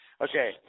Okay